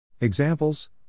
Examples